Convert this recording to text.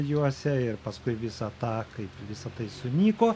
juose ir paskui visą tą kaip visa tai sunyko